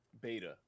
beta